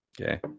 Okay